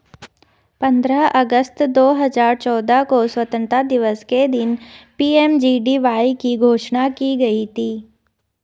पंद्रह अगस्त दो हजार चौदह को स्वतंत्रता दिवस के दिन पी.एम.जे.डी.वाई की घोषणा की गई थी